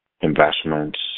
investments